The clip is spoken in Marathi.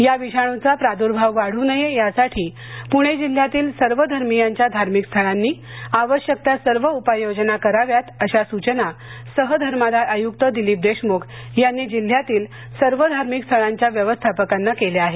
या विषाणूचा प्रादु्भाव वाढू नये यासाठी पुणे जिल्ह्यातील सर्व धर्मियांच्या धार्मिक स्थळांनी आवश्यक त्या सर्व उपाययोजना कराव्यात अशा सूचना सह धर्मादाय आयुक्त दिलिप देशमुख यांनी जिल्ह्यातील सर्व धार्मिक स्थळांच्या व्यवस्थापकांना केल्या आहेत